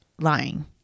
lying